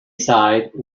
side